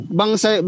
bangsa